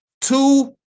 two